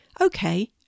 Okay